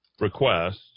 request